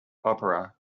opera